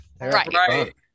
Right